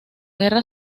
guerra